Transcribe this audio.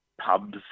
pubs